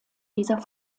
dieser